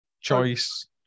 choice